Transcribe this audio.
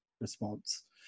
response